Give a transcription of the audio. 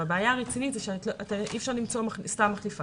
הבעיה הרצינית היא שאי אפשר למצוא סתם מחליפה